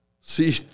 See